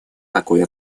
такой